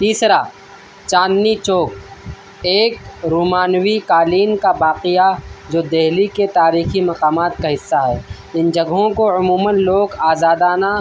تیسرا چاندنی چوک ایک رومانوی قالین کا باقیہ جو دہلی کے تاریخی مقامات کا حصہ ہے ان جگہوں کو عموماً لوگ آزادانہ